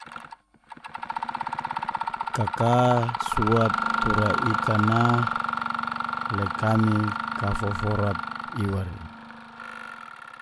Ka ka suat tura ika a, le kami kafoforat iwa re.